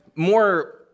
more